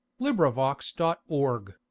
LibriVox.org